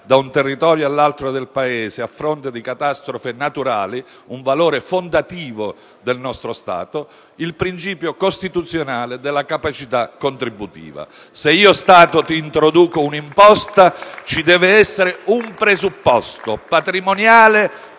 da un territorio all'altro del Paese, a fronte di catastrofi naturali, un valore fondativo del nostro Stato; il principio costituzionale della capacità contributiva. *(Applausi dal Gruppo PD).* Se io Stato ti introduco un'imposta, ci deve essere un presupposto, patrimoniale